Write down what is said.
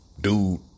dude